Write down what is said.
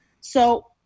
So-